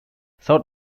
south